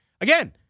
Again